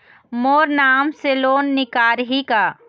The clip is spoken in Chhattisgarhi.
मोर नाम से लोन निकारिही का?